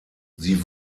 sie